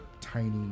tiny